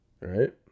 right